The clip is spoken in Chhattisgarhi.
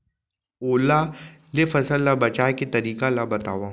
ओला ले फसल ला बचाए के तरीका ला बतावव?